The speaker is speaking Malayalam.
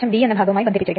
03 ആണ്